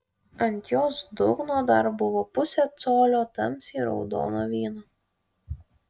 ant jos dugno dar buvo pusė colio tamsiai raudono vyno